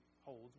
holds